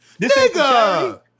nigga